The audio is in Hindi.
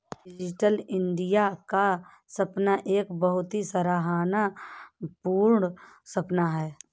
डिजिटल इन्डिया का सपना एक बहुत ही सराहना पूर्ण सपना है